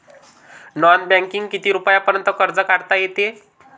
Non बँकिंगनं किती रुपयापर्यंत कर्ज काढता येते?